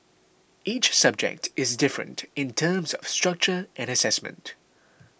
each subject is different in terms of structure and assessment